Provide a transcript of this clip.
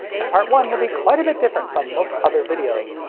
and part one will be quite a bit different from most other videos.